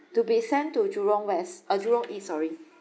to be sent to Jurong west uh Jurong east sorry